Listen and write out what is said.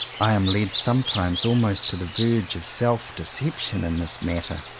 i am led sometimes almost to the verge of self-deception in this matter.